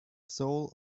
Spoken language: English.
soul